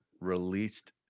released